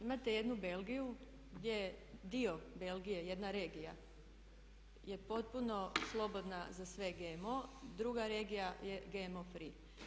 Imate jednu Belgiju gdje dio Belgije, jedna regija je potpuno slobodna za sve GMO, druga regija je GMO free.